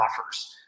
offers